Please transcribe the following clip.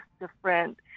different